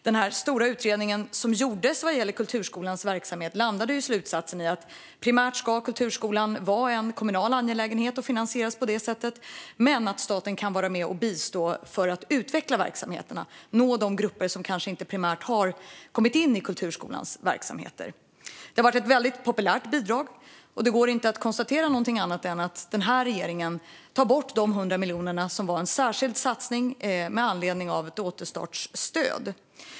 Den stora utredning som gjordes av kulturskolans verksamhet landade i slutsatsen att den primärt ska vara en kommunal angelägenhet och finansieras på det sättet, men att staten kan bistå när det gäller att utveckla verksamheterna och nå de grupper som kanske inte har kommit in i kulturskolans verksamheter. Det har varit ett väldigt populärt bidrag, och det går inte att konstatera annat än att den här regeringen tar bort de 100 miljoner som var en särskild satsning med anledning av ett återstartsstöd.